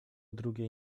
drugiej